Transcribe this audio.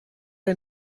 ein